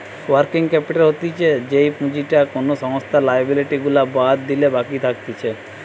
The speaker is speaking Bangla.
ওয়ার্কিং ক্যাপিটাল হতিছে যেই পুঁজিটা কোনো সংস্থার লিয়াবিলিটি গুলা বাদ দিলে বাকি থাকতিছে